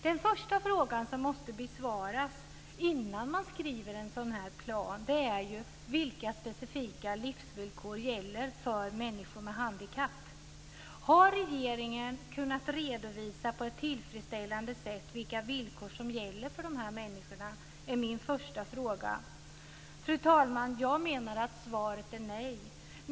Den första frågan som måste besvaras innan man skriver en sådan plan är: Vilka specifika livsvillkor gäller för människor med handikapp? Har regeringen kunnat redovisa på ett tillfredsställande sätt vilka villkor som gäller för dessa människor? Det är min första fråga. Fru talman! Jag menar att svaret är nej.